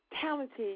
talented